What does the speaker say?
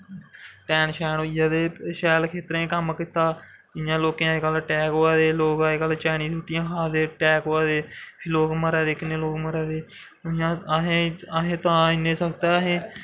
ten शैन होइयै ते खेतरें च कम्म कीता जि'यां लोकें गी अजकल्ल टैक होआ दे लोग अजकल्ल चैईनिस रुट्टियां खा दे टैक होआ दे फ्ही लोग मरा दे किन्ने लोग मरा दे इ'या तां अस इन्ने सख्त ऐं असैं